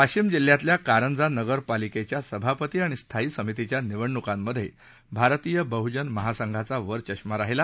वाशिम जिल्ह्यातल्या कारंजा नगर पालिकेच्या सभापती आणि स्थायी समितीच्या निवडणुकांमध्ये भारिप बहुजन महासंघाचा वरचष्मा राहिला